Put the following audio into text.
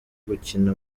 gukina